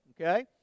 okay